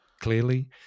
clearly